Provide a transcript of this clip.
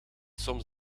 soms